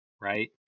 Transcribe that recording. right